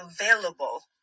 available